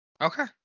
Okay